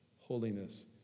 holiness